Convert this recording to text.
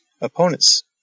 Opponents